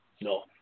no